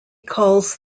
calls